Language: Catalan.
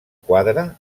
quadra